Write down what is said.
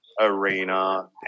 arena